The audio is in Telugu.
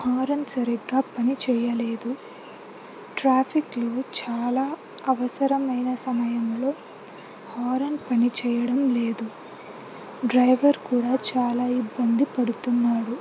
హారన్ సరిగ్గా పని చేయలేదు ట్రాఫిక్లో చాలా అవసరమైన సమయంలో హారన్ పని చేయడం లేదు డ్రైవర్ కూడా చాలా ఇబ్బంది పడుతున్నారు